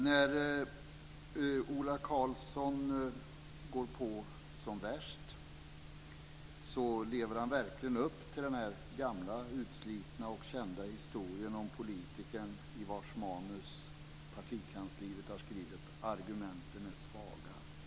När Ola Karlsson går på som värst lever han verkligen upp till den gamla, utslitna och kända historien om politikern i vars manus partikansliet har skrivit: Argumenten är svaga, höj rösten.